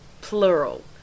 plural